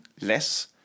less